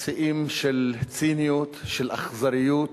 שיאים של ציניות, של אכזריות,